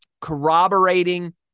corroborating